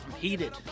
Heated